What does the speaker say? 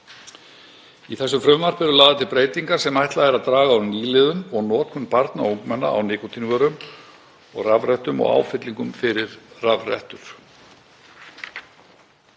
Í þessu frumvarpi eru lagðar til breytingar sem ætlað er að draga úr nýliðun og notkun barna og ungmenna á nikótínvörum og rafrettum og áfyllingum fyrir rafrettur.